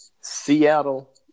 Seattle